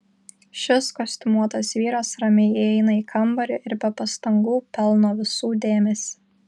šis kostiumuotas vyras ramiai įeina į kambarį ir be pastangų pelno visų dėmesį